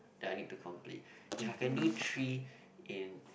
that I need to complete if I can do three in